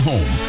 Home